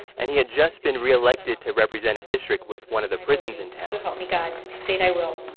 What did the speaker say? and he had just been reelected to represent a district with one of the prisons in town so help me god. state i will